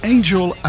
Angel